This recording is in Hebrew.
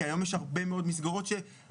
כי היום יש הרבה מאוד מסגרות שמסוגלות,